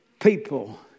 People